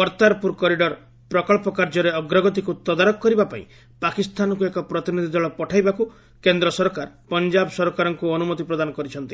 Kartarpur corridor ପ୍ରକଳ୍ପ କାର୍ଯ୍ୟର ଅଗ୍ରଗତିକୁ ତଦାରଖ କରିବା ପାଇଁ ପାକିସ୍ତାନକୁ ଏକ ପ୍ରତିନିଧି ଦଳ ପଠାଇବାକୁ କେନ୍ଦ୍ର ସରକାର ପଞ୍ଜାବ ସରକାରଙ୍କୁ ଅନୁମତି ପ୍ରଦାନ କରିଛନ୍ତି